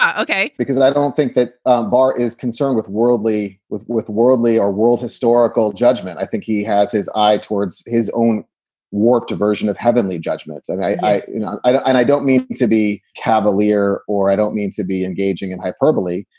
ok. because i don't think that ah bar is concerned with worldly, with with worldly or world historical judgment. i think he has his eye towards his own work, diversion of heavenly judgment. and i i you know i don't and i don't mean to be cavalier or i don't mean to be engaging in hyperbole.